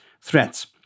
threats